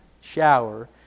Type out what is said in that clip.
shower